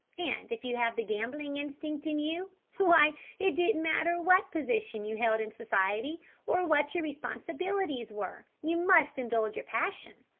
and if you have the gambling instinct in you, why, it didn't matter what position you held in society or what your responsibilities were, you must indulge your passion.